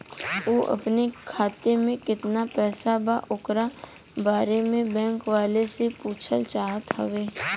उ अपने खाते में कितना पैसा बा ओकरा बारे में बैंक वालें से पुछल चाहत हवे?